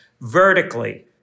vertically